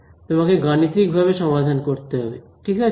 তোমাকে গাণিতিক ভাবে সমাধান করতে হবে ঠিক আছে